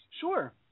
Sure